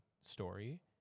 story